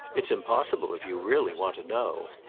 it's impossible, if you really want to know.